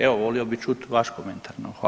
Evo volio bih čut vaš komentar.